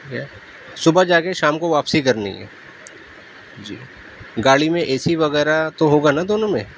ٹھیک ہے صبح جا کے شام کو واپسی کرنی ہے جی گاڑی میں اے سی وغیرہ تو ہوگا نا دونوں میں